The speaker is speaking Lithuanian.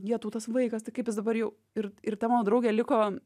jetau tas vaikas tai kaip jis dabar jau ir ir ta mano draugė liko